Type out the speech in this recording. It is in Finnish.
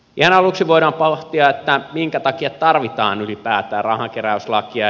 ihan aluksi voidaan pohtia minkä takia tarvitaan ylipäätään rahankeräyslakia